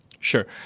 Sure